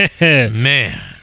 man